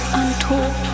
untold